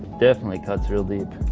definitely cuts real deep